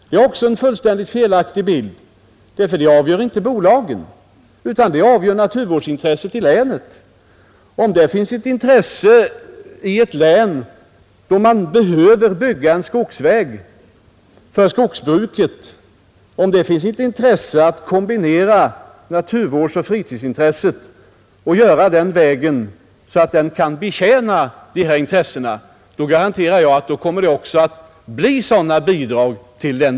Det är också en något felaktig bild, därför att det avgör inte bolagen, utan även naturvårdsintresset i länet kommer in i bilden. Om det i ett län, där man behöver bygga en skogsväg för skogsbruket, finns ett intresse att kombinera skogsintresset med naturvårdsoch fritidsintresset och göra vägen så att den kan betjäna båda intressena, garanterar jag att då kommer det också att bli högre bidrag till vägen.